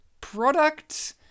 product